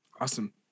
awesome